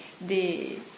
des